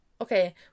okay